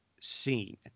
scene